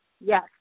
Yes